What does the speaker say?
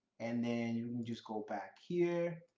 and then you can just go back here,